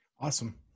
Awesome